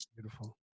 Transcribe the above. Beautiful